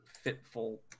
fitful